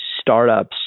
startups